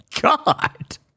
God